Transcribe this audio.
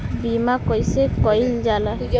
बीमा कइसे कइल जाला?